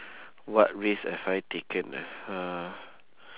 what risk have I taken ah